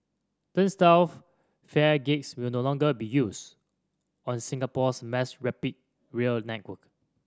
turnstile fare gates will no longer be used on Singapore's mass rapid rail network